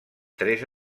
tres